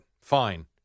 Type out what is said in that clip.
fine